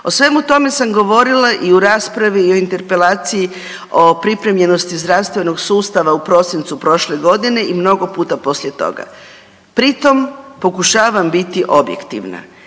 O svemu tome sam govorila i u raspravi i o interpelaciji o pripremljenosti zdravstvenog sustava u prosincu prošle godine i mnogo puta poslije toga. Pri tom pokušavam biti objektivna